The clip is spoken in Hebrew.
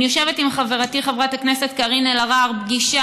אני יושבת עם חברתי חברת הכנסת קארין אלהרר פגישה